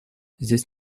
здесь